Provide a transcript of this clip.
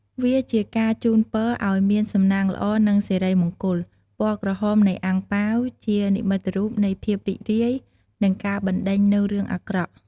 វាជាការជួនពរឲ្យមានសំណាងល្អនិងសិរីមង្គល ពណ៌ក្រហមនៃអាំងប៉ាវជានិមិត្តរូបនៃភាពរីករាយ និងការបណ្ដេញនូវរឿងអាក្រក់។